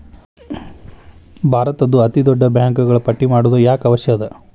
ಭಾರತದ್ದು ಅತೇ ದೊಡ್ಡ ಬ್ಯಾಂಕುಗಳ ಪಟ್ಟಿ ಮಾಡೊದು ಯಾಕ್ ಅವಶ್ಯ ಅದ?